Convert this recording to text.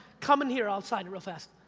come in here, i'll sign it real fast.